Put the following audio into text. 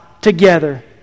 together